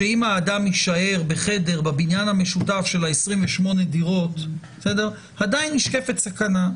שאם האדם יישאר בחדר בבניין המשותף של ה-28 דירות עדיין נשקפת סכנה.